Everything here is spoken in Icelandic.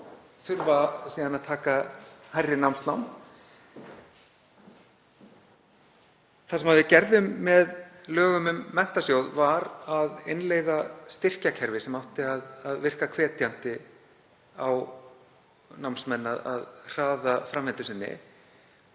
þarf síðan að taka hærri námslán. Það sem við gerðum með lögum um menntasjóð var að innleiða styrkjakerfi sem átti að virka hvetjandi á námsmenn til að hraða framvindu sinni